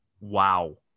Wow